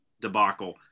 debacle